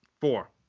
Four